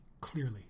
clearly